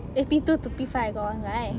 eh P two to P five I got one guy